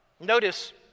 Notice